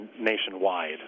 nationwide